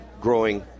growing